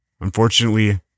Unfortunately